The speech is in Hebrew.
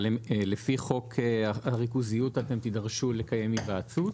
אבל לפי חוק הריכוזיות אתם תידרשו לקיים היוועצות?